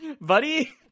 buddy